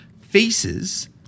faces—